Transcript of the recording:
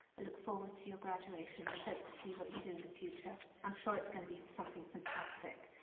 look forward to your graduation and hope to see what you do in the future. i'm sure it's going to be something fantastic.